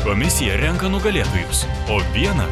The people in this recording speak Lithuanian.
komisija renka nugalėtojus o vieną